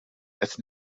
qed